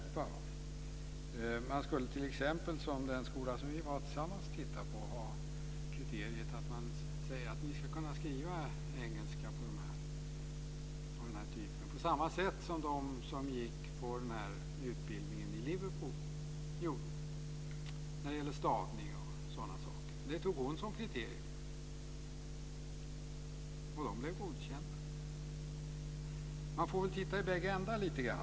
Man skulle t.ex. kunna ha, som i den skola vi tittade på tillsammans, kriteriet att eleverna ska kunna skriva engelska av den här typen på samma sätt som de som gick på utbildningen i Liverpool gjorde när det gäller stavning och sådana saker. Det hade läraren där som kriterium. De blev godkända. Man får titta i bägge ändar.